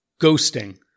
Ghosting